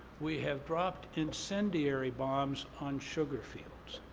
we have dropped incendiary bombs on sugar fields,